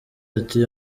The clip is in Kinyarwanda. ati